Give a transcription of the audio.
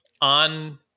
On